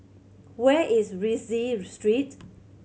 where is Rienzi Street